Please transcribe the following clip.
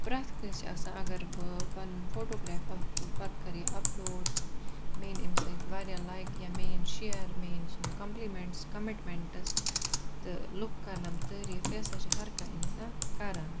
پرٮ۪تھ کٲنٛسہِ چھِ آسان اَگَر بہٕ پَنُن فوٹوگریف اکھ تُلہٕ پَتہٕ کَرٕ یہِ اَپلوڈ مےٚ یِن امہ سۭتۍ واریاہ لایِک یا مےٚ یِن شیر مےٚ یِن کَمپلمنٹس کمِٹمنٹس تہٕ لُکھ کَرنَم تعریٖف یہِ ہَسا چھ ہر کانٛہہ اِنسان کَران